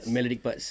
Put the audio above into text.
melodic parts